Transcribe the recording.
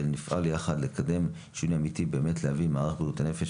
ונפעל יחד לקידום שינוי אמיתי במערך בריאות הנפש,